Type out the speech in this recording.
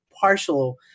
partial